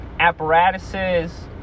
Apparatuses